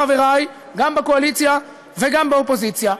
חברי גם בקואליציה וגם באופוזיציה,